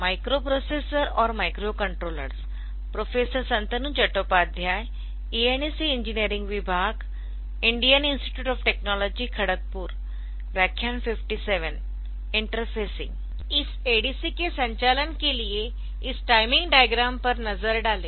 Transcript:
इस ADC के संचालन के लिए इस टाइमिंग डायग्राम पर नज़र डालें